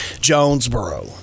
Jonesboro